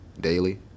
daily